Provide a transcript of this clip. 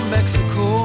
Mexico